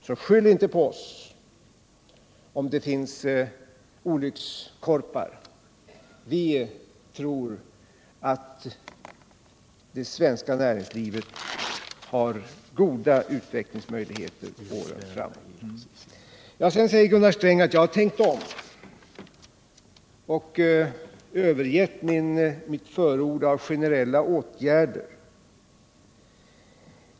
Skyll därför inte på oss om det finns olyckskorpar. Vi tror att det svenska näringslivet har goda utvecklingsmöjligheter för åren framöver. Vidare säger Gunnar Sträng att jag har tänkt om och övergett mitt förord för generella åtgärder.